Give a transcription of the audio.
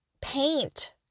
paint